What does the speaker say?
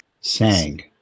Sang